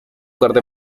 corte